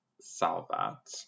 Salvat